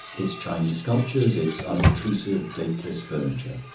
its chinese sculptures, its unobtrusive, dateless furniture.